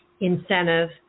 incentive